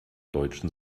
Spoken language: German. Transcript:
deutschen